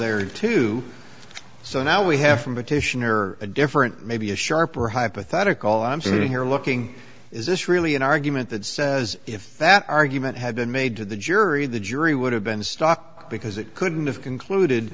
there too so now we have from petitioner a different maybe a sharper hypothetical i'm sitting here looking is this really an argument that says if that argument had been made to the jury the jury would have been stuck because it couldn't have concluded